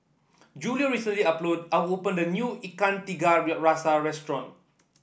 Julio recently are opened a new Ikan Tiga Rasa restaurant